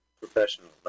professional